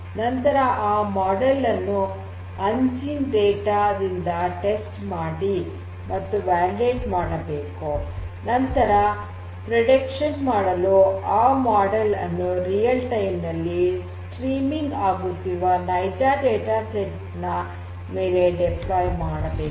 ನಂತರ ಆ ಮಾಡೆಲ್ ಅನ್ನು ಅನ್ ಸೀನ್ ಡೇಟಾ ದಿಂದ ಟೆಸ್ಟ್ ಮತ್ತು ವ್ಯಾಲಿಡೇಟ್ ಮಾಡಬೇಕು ನಂತರ ಪ್ರೆಡಿಕ್ಷನ್ ಮಾಡಲು ಆ ಮಾಡೆಲ್ ಅನ್ನು ನೈಜ ಸಮಯದಲ್ಲಿ ಸ್ಟ್ರೀಮಿಂಗ್ ಆಗುತ್ತಿರುವ ನೈಜ ಡೇಟಾ ಸೆಟ್ ನ ಮೇಲೆ ನಿಯೋಜನೆ ಮಾಡಬೇಕು